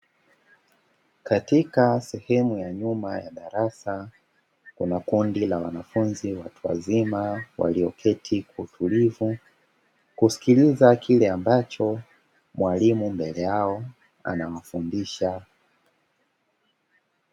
Katika sehemu ya nyuma ya darasa, kuna kundi la wanafunzi watu wazima, walioketi kwa utulivu. Kusikiliza kile ambacho mwalimu mbele yao anafundisha.